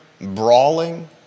brawling